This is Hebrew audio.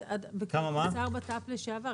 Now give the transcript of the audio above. אבל בתור שר בט"פ לשעבר,